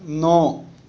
ਨੌਂ